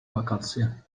wakacje